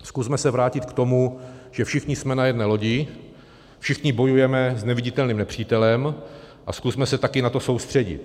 Zkusme se vrátit k tomu, že všichni jsme na jedné lodi, všichni bojujeme s neviditelným nepřítelem, a zkusme se taky na to soustředit.